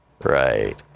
Right